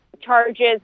charges